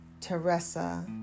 Teresa